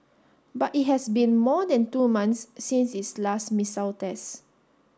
but it has been more than two months since its last missile test